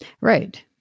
Right